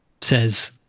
says